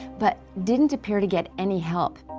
but didn't appear to get any help.